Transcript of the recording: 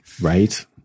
right